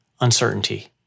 uncertainty